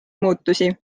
muutusi